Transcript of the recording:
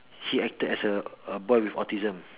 he acted as a boy with autism